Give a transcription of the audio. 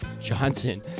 Johnson